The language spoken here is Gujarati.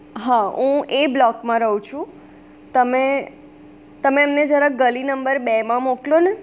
હા હું એ બ્લોકમાં રહું છું તમે તમે એમને જરા ગલી નંબર બેમાં મોકલોને